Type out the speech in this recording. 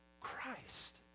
Christ